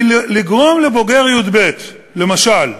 כי לגרום לבוגר י"ב, למשל,